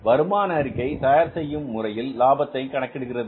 எனவே வருமான அறிக்கை தயார் செய்யும் முறையில் லாபத்தை கணக்கிடுகிறது